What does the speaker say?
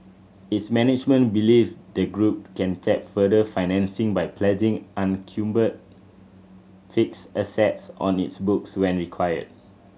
its management believes the group can tap further financing by pledging encumbered fixed assets on its books where required